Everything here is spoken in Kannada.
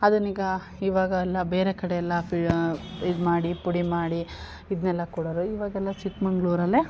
ಅದನ್ನ ಈಗ ಇವಾಗ ಎಲ್ಲ ಬೇರೆ ಕಡೆ ಎಲ್ಲ ಫಿ ಇದು ಮಾಡಿ ಪುಡಿಮಾಡಿ ಇದನ್ನೆಲ್ಲ ಕೊಡೋರು ಇವಾಗೆಲ್ಲ ಚಿಕ್ಕಮಂಗ್ಳೂರಲ್ಲೆ